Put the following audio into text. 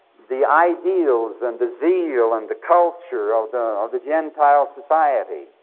the ideals and the zeal and the culture of the of the gentile society,